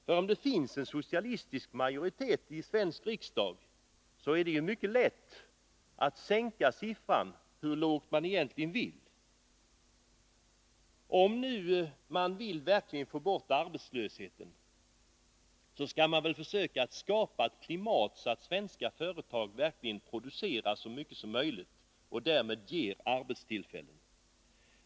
För om det finns en socialistisk majoritet i svensk riksdag är det lätt att sänka siffran hur lågt som helst. Om man verkligen vill få bort arbetslösheten, skall man försöka skapa ett sådant klimat att svenska företag verkligen producerar så mycket som möjligt och därmed ger arbetstillfällen.